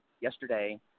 yesterday